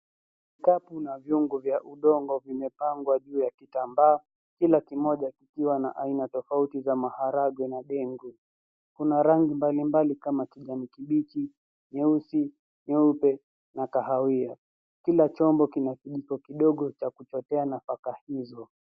Vikapu na vyungu vya udongo vimepangwa juu ya kitambaa kila kimoja kikiwa na aina tofauti za maharagwe na ndengu. Kuna rangi mbalimbali kama kijani kibichi, nyeusi, nyeupe na kahawia. Kila chombo kina chombo kidogo cha kuchotea nafaka hizo.